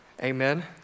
Amen